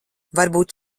varbūt